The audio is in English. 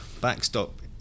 backstop